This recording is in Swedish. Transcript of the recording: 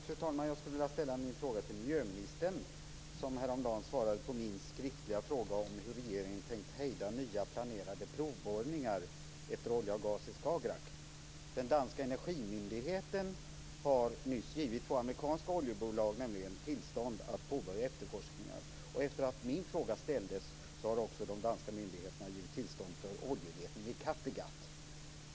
Fru talman! Jag skulle vilja ställa min fråga till miljöministern, som häromdagen svarade på min skriftliga fråga om hur regeringen tänkt hejda nya planerade provborrningar efter olja och gas i Skagerrak. Den danska energimyndigheten har nämligen nyss givit två amerikanska oljebolag tillstånd att påbörja efterforskningar, och sedan min fråga ställdes har de danska myndigheterna också givit tillstånd till oljeletning i Kattegatt.